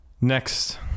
Next